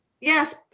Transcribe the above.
Yes